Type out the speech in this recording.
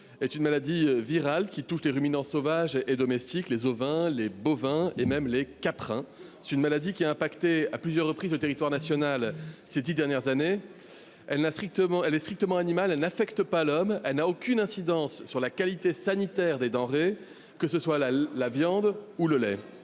est une maladie virale qui touche les ruminants sauvages et domestiques, les ovins, les bovins et même les caprins. Elle a touché à plusieurs reprises le territoire national ces dix dernières années. Elle est strictement animale, elle n’affecte pas l’homme, elle n’a aucune incidence sur la qualité sanitaire des denrées, que ce soit la viande ou le lait.